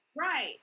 Right